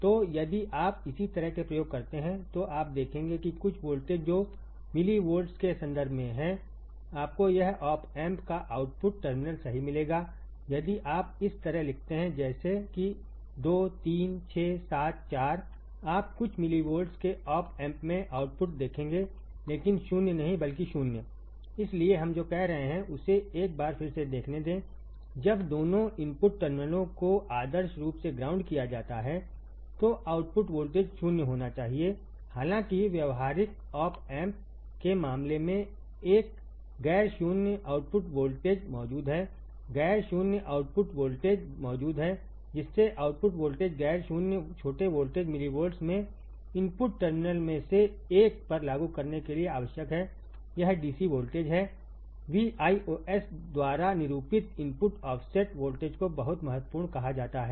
तो यदि आप इसी तरह के प्रयोग करते हैं तो आप देखेंगे कि कुछ वोल्टेज जो मिलिवोल्ट्स के संदर्भ में हैआपको यह ऑप एम्प का आउटपुट टर्मिनल सही मिलेगा यदि आप इस तरह लिखते हैं जैसे कि 2 3 6 7 4 आप कुछ मिलिवोल्ट्स के ऑप एम्प में आउटपुट देखेंगे लेकिन 0 नहीं बल्कि 0 इसलिए हम जो कह रहे हैं उसे एक बार फिर से देखने दें जब दोनों इनपुट टर्मिनलों को आदर्श रूप से ग्राउंड किया जाता है तो आउटपुट वोल्टेज 0 होना चाहिएहालांकि व्यावहारिक ऑप एम्प के मामले मेंएक गैर शून्य आउटपुट वोल्टेज मौजूद है गैर शून्य आउटपुट वोल्टेज मौजूद है जिससे आउटपुट वोल्टेज गैर शून्य छोटे वोल्टेज मिलिवोल्ट्स में इनपुट टर्मिनल में से एक पर लागू करने के लिए आवश्यक है यह डीसी वोल्टेज है Viosद्वारा निरूपित इनपुट ऑफसेट वोल्टेज कोबहुत महत्वपूर्ण कहा जाता है